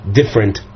different